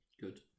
Good